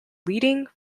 leading